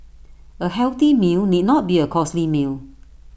A healthy meal need not be A costly meal